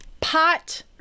Pot